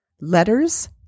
Letters